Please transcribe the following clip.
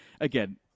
again